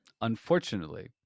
unfortunately